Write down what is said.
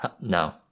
No